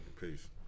Peace